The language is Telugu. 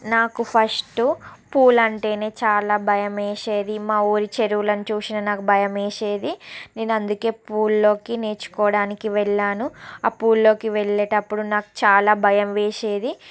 నాకు ఫస్ట్ పూల్ అంటే చాలా భయం వేసేది మా ఊరి చెరువులను చూసిన నాకు భయం వేసేది నేను అందుకే పూల్లోకి నేర్చుకోవడానికి వెళ్ళాను ఆ పూల్లోకి వెళ్ళేటప్పుడు నాకు చాలా భయం వేసేది